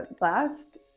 last